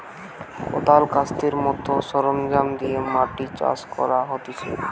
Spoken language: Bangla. কদাল, কাস্তের মত সরঞ্জাম দিয়ে মাটি চাষ করা হতিছে